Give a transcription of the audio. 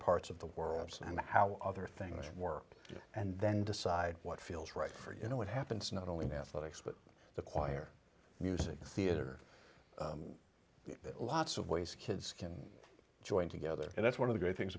parts of the world and how other things should work and then decide what feels right for you know what happens not only in athletics but the choir music theater lots of ways kids can join together and that's one of the great things